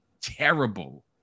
terrible